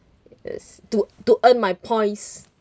is to to earn my points